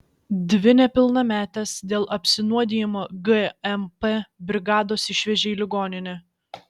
dvi nepilnametes dėl apsinuodijimo gmp brigados išvežė į ligoninę